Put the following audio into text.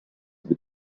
über